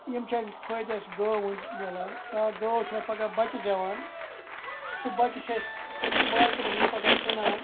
یِم چھِ اَمِکۍ فٲیدٕ اَسہِ گٲوٕنۍ مِلان یا گٲو چھےٚ پَگاہ بَچہِ زٮ۪وان سُہ بَچہِ چھِ أسۍ مارکیٹَس منٛز پَگاہ کٕنان